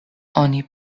oni